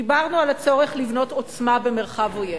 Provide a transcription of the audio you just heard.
דיברנו על הצורך לבנות עוצמה במרחב עוין.